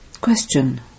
Question